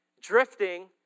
Drifting